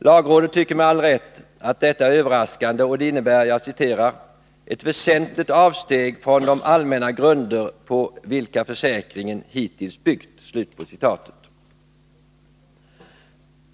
Lagrådet tycker med all rätt att detta är överraskande och att det innebär ”ett väsentligt avsteg från de allmänna grunder, på vilka försäkringen hittills byggts”.